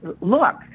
look